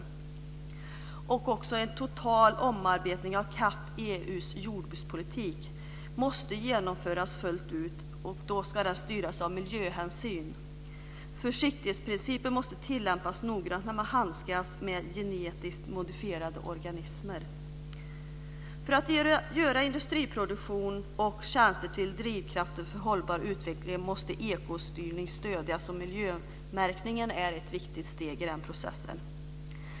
En total omarbetning av CAP, EU:s jordbrukspolitik, måste genomföras fullt ut. Den ska styras av miljöhänsyn. Försiktighetsprincipen måste tillämpas noggrant när man handskas med genetiskt modifierade organismer. För att göra industriproduktion och tjänster till drivkrafter för hållbar utveckling måste ekostyrning stödjas. Miljömärkning är ett viktigt steg i den processen.